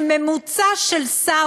שממוצע של שר